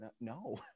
no